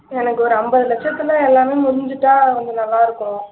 எனக்கு ஒரு அம்பது லட்சத்தில் எல்லாமே முடிஞ்சுட்டா கொஞ்சம் நல்லாயிருக்கும்